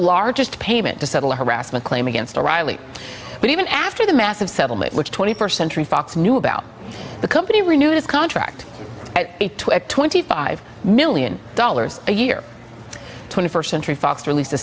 largest payment to settle a harassment claim against o'reilly but even after the massive settlement which twenty first century fox knew about the company renewed his contract twenty five million dollars a year twenty first century fox released a